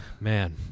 man